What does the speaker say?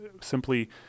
simply